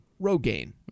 Rogaine